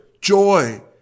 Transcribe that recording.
joy